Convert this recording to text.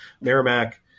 Merrimack